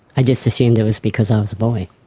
i just assumed it was because i was a boy,